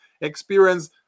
experience